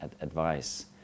advice